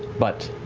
but,